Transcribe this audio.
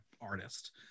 artist